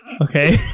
okay